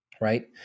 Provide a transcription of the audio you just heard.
right